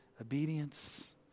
obedience